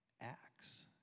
acts